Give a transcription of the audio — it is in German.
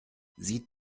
sieht